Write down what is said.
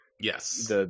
Yes